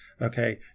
okay